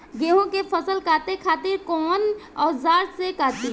गेहूं के फसल काटे खातिर कोवन औजार से कटी?